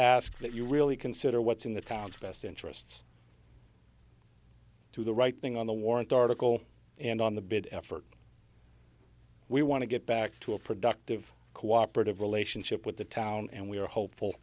ask that you really consider what's in the town's best interests to the right thing on the warrant article and on the bid effort we want to get back to a productive cooperative relationship with the town and we are hopeful